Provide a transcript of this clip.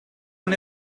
non